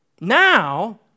Now